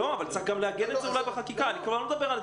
אין עדיין.